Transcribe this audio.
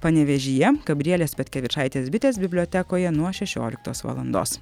panevėžyje gabrielės petkevičaitės bitės bibliotekoje nuo šešioliktos valandos